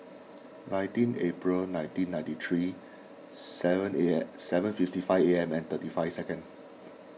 nineteen April nineteen ninety three seven seven fifty five A M and thirty five second